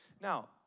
Now